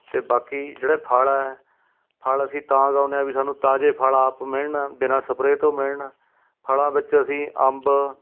ਅਤੇ ਬਾਕੀ ਜਿਹੜੇ ਫਲ਼ ਹੈ ਫਲ਼ ਅਸੀਂ ਤਾਂ ਉਗਾਉਂਦੇ ਹਾਂ ਵੀ ਸਾਨੂੰ ਤਾਜੇ ਫਲ਼ ਆਪ ਮਿਲਣ ਬਿਨਾਂ ਸਪਰੇਅ ਤੋਂ ਮਿਲਣ ਫਲ਼ਾਂ ਵਿੱਚ ਅਸੀਂ ਅੰਬ